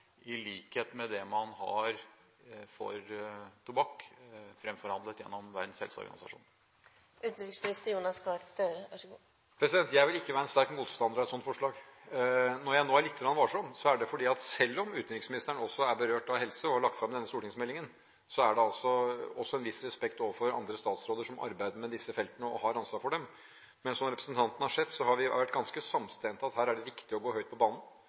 i likhet med det man har for tobakk, framforhandlet gjennom Verdens helseorganisasjon? Jeg vil ikke være en sterk motstander av et sånt forslag. Når jeg nå er lite grann varsom, er det fordi – selv om utenriksministeren også er berørt av helse og har lagt fram denne stortingsmeldingen – jeg også har en viss respekt overfor andre statsråder som arbeider med disse feltene og har ansvar for dem. Men som representanten har sett, har vi vært ganske samstemt i at her er det viktig å gå høyt på banen.